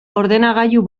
ordenagailu